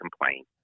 complain